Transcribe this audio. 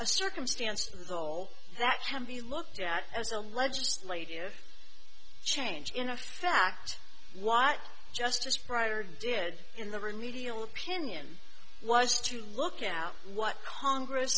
a circumstance of all that can be looked at as a legislative change in a fact what justice pryor did in the remedial opinion was to look out what congress